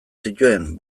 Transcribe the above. zituen